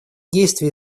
действия